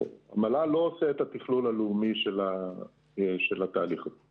עושה את התכלול הלאומי של התהליך הזה.